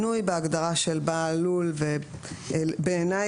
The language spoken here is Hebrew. בהגדרה של בעל לול היה שינוי.